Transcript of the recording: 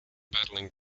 battling